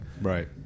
right